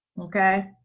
okay